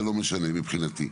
זה לא משנה מבחינתי.